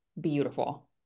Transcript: beautiful